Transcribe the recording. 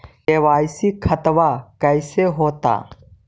KYC खतबा कैसे होता?